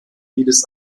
jedes